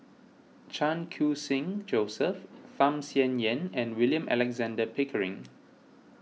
Chan Khun Sing Joseph Tham Sien Yen and William Alexander Pickering